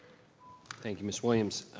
thank you, ms. williams.